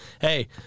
hey